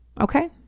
Okay